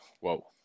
whoa